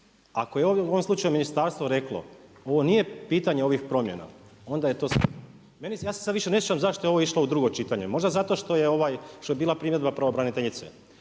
ako je u ovom slučaju ministarstvo reklo, ovo nije pitanje ovih promjena, onda je to … /Govornik se ne razumije./… Ja se sad više ne čudim zašto je ovo išlo u drugo čitanje. Možda zato što je bila primjedba pravobraniteljice,